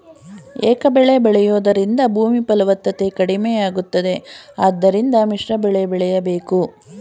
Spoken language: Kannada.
ಏಕಬೆಳೆ ಬೆಳೆಯೂದರಿಂದ ಭೂಮಿ ಫಲವತ್ತತೆ ಕಡಿಮೆಯಾಗುತ್ತದೆ ಆದ್ದರಿಂದ ಮಿಶ್ರಬೆಳೆ ಬೆಳೆಯಬೇಕು